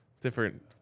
different